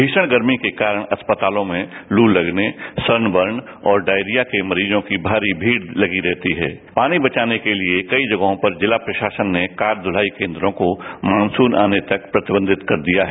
भीषण गर्मी के कारन अस्पतालों में वू तगने सन बर्न और डाईरिया के मरीजों की भारी भीड़ लगी रहती है पानी बचाने के लिए कई जगहों पर जिला प्रशासन ने कार धुलाई केंद्रों को मानसून आने तक प्रतिबंधित कर दिया है